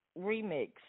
Remix